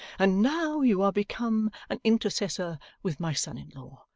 and now you are become an intercessor with my son-in-law,